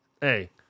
Hey